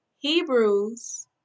Hebrews